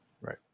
Right